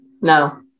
No